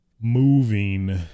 Moving